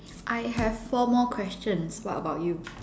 I have four more questions what about you